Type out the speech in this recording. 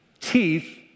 teeth